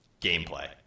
gameplay